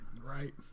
Right